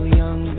young